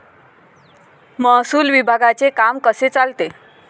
महसूल विभागाचे काम कसे चालते?